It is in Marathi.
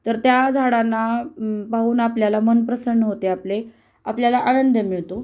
तर त्या झाडांना पाहून आपल्याला मन प्रसन्न होते आपले आपल्याला आनंद मिळतो